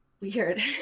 Weird